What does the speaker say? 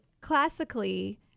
classically